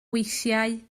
weithiau